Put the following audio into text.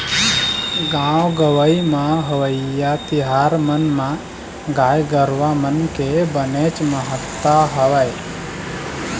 गाँव गंवई म होवइया तिहार मन म गाय गरुवा मन के बनेच महत्ता हवय